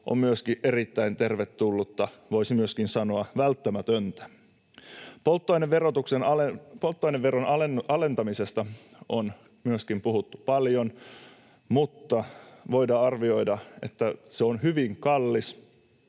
on myöskin erittäin tervetullutta, voisi myöskin sanoa välttämätöntä. Polttoaineveron alentamisesta on myöskin puhuttu paljon, mutta voidaan arvioida, että se on hyvin kallis